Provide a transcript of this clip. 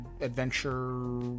adventure